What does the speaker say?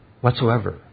whatsoever